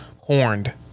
Horned